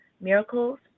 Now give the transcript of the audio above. miracles